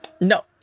No